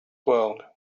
world